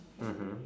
mmhmm